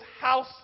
house